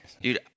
dude